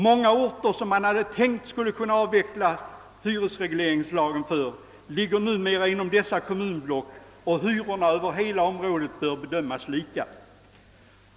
Många orter för vilka man hade tänkt sig att kunna avveckla hyresregleringen ligger numera inom kommunblocken, och hyrorna bör bedömas lika inom varje sådant område.